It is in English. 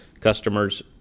customers